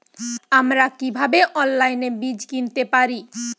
আমরা কীভাবে অনলাইনে বীজ কিনতে পারি?